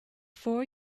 four